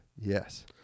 Yes